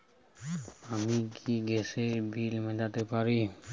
আমি কি গ্যাসের বিল মেটাতে পারি?